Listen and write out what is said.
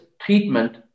treatment